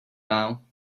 now